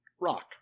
Rock